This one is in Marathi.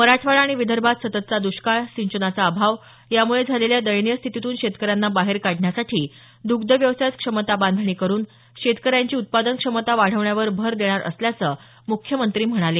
मराठवाडा आणि विदर्भात सततचा दष्काळ सिंचनाचा अभाव यामुळे झालेल्या दयनीय स्थितीतून शेतकऱ्यांना बाहेर काढण्यासाठी दग्ध व्यवसायात क्षमता बांधणी करुन शेतकऱ्यांची उत्पादन क्षमता वाढवण्यावर भर देणार असल्याचं मुख्यमंत्री म्हणाले